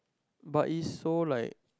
but it's so like